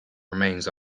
remains